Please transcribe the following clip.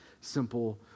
simple